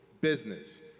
business